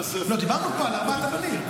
דיברנו פה על ארבעת הבנים.